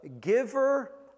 giver